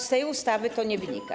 Z tej ustawy to nie wynika.